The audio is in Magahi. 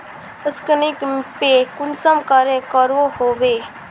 स्कैनिंग पे कुंसम करे करो होबे?